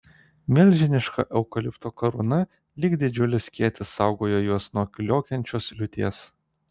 milžiniška eukalipto karūna lyg didžiulis skėtis saugojo juos nuo kliokiančios liūties